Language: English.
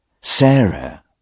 Sarah